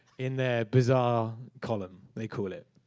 in their bizarre column, they call it.